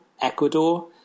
Ecuador